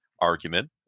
argument